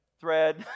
thread